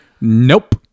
nope